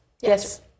Yes